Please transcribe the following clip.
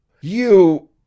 You